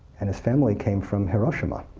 and his family came from hiroshima.